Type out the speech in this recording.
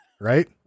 Right